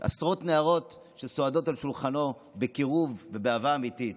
עשרות נערות סועדות על שולחנו בקירוב ובאהבה אמיתית.